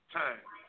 time